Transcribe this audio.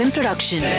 Production